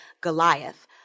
Goliath